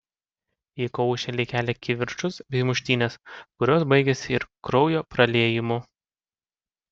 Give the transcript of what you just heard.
įkaušėliai kelia kivirčus bei muštynes kurios baigiasi ir kraujo praliejimu